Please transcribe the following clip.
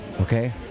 Okay